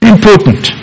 Important